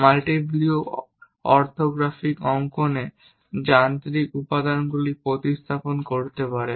multiview orthographic অঙ্কনে যান্ত্রিক উপাদানগুলি উপস্থাপন করতে পারে